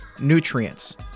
nutrients